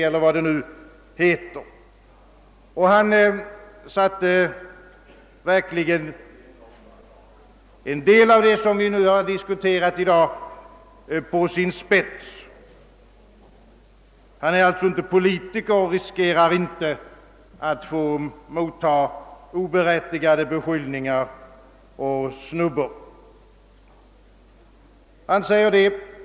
Han satte verkligen en del av det som vi i dag diskuterat på sin spets, men han är ju inte politiker och riskerar därför inte att få motta ogrundade beskyllningar och snubbor.